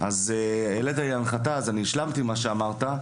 העלית לי להנחתה אז אני השלמתי מה שאמרת,